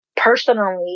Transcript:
Personally